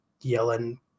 yelling